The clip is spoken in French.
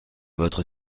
votre